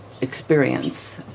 experience